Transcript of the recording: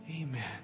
Amen